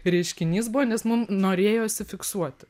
reiškinys buvo nes mum norėjosi fiksuoti